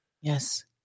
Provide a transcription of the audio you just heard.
Yes